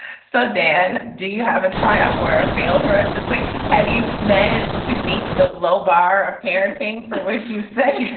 so, dan, do you have a triumph or fail for us this way? have you managed to meet the low bar of parenting for which you say